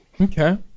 Okay